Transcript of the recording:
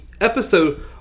Episode